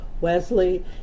Wesley